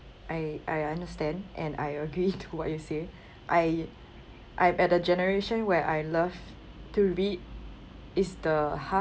I I understand and I agree to what you say I I'm at the generation where I love to read is the ha~